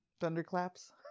Thunderclaps